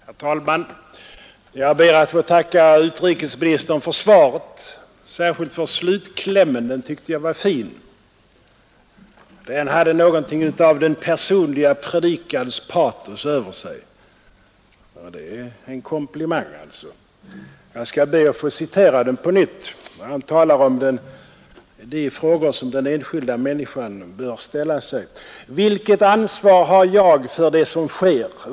Herr talman! Jag ber att få tacka utrikesministern för svaret på min interpellation och särskilt för slutklämmen — den tyckte jag var fin. Den hade någonting av den personliga predikans patos. Det är alltså en komplimang som jag vill ge. Jag skall be att på nytt få läsa upp en del av slutklämmen, där utrikesministern först talar om de frågor som den enskilda människan bör ställa sig: ”Vilket ansvar har jag för det som sker?